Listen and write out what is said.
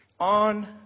On